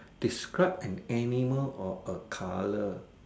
describe an animal or a colour